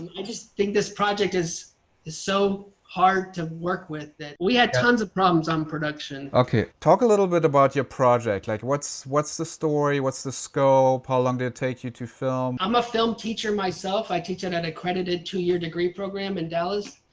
i just think this project is so hard to work with that we had tons of problems on production. okay, talk a little bit about your project. like, what's what's the story? what's the scope? how long did it take you to film? i'm a film teacher myself. i teach at an and accredited two year degree program in dallas.